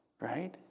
right